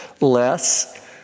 less